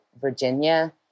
Virginia